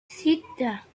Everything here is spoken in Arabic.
ستة